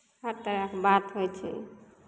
सभ तरहके बात होइ छै